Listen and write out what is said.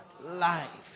life